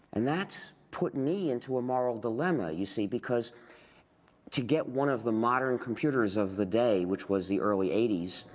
and that put me into a moral dilemma, you see? because to get one of the modern computers of the day, which was the early eighty s,